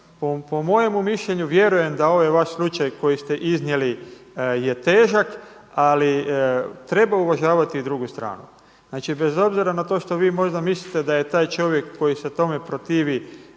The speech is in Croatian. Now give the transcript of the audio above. Po mojemu mišljenju vjerujem da ovaj vaš slučaj koji ste iznijeli je težak, ali treba uvažavati i drugu stranu. Znači bez obzira na to što vi možda mislite da je taj čovjek koji se tome protivi